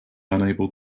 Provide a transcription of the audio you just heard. unable